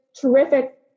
Terrific